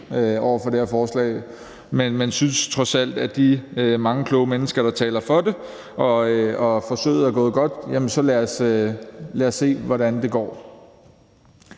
over for det her forslag, men synes trods alt, at med de her mange kloge mennesker, der taler for det, og fordi forsøget er gået godt, så må vi se, hvordan det går.